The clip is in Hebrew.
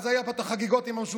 אז היו פה את החגיגות עם המשותפת.